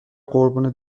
قربون